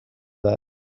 that